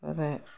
വേറെ